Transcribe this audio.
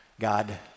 God